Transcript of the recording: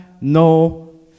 no